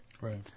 Right